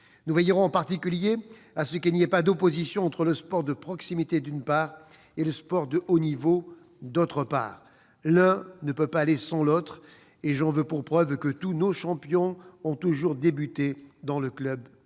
Nous veillerons en particulier à ce qu'il n'y ait pas d'opposition entre le sport de proximité, d'une part, et le sport de haut niveau, d'autre part. L'un ne peut aller sans l'autre : j'en veux pour preuve que tous nos champions ont toujours débuté dans le club